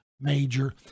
major